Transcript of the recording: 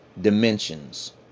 dimensions